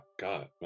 God